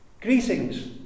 greetings